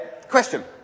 question